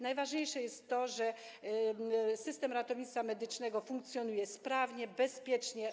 Najważniejsze jest to, że system ratownictwa medycznego funkcjonuje sprawnie, bezpiecznie.